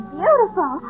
beautiful